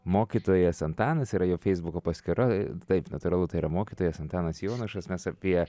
mokytojas antanas yra jo feisbuko paskyra taip natūralu tai yra mokytojas antanas jonušas mes apie